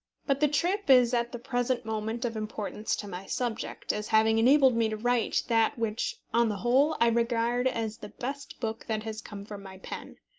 but the trip is at the present moment of importance to my subject, as having enabled me to write that which, on the whole, i regard as the best book that has come from my pen.